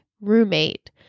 Roommate